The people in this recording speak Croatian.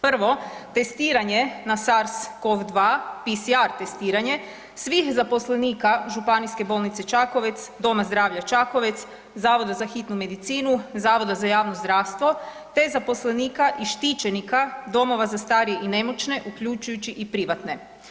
Prvo, testiranje na SARS COV II PCR testiranje svih zaposlenika Županijske bolnice Čakovec, Doma zdravlja Čakovec, Zavoda za hitnu medicinu, Zavoda za javno zdravstvo te zaposlenika i štićenika domova za starije i nemoćne uključujući i privatne.